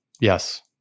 Yes